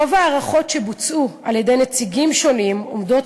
רוב ההערכות שבוצעו על-ידי נציגים שונים אומדות